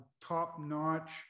top-notch